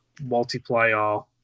multiplayer